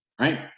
right